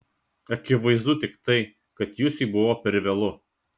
akivaizdu tik tai kad jusiui buvo per vėlu